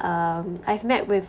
um I met with